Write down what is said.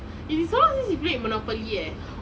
it's been so long since we played monopoly leh